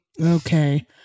Okay